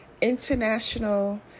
international